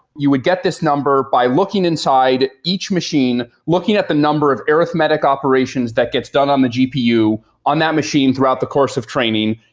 you would get this number by looking inside each machine looking at the number of arithmetic operations that gets done on the gpu on that machine throughout the course of training,